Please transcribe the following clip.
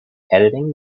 editing